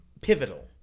pivotal